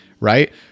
right